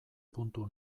puntu